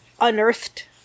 unearthed